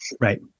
Right